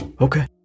Okay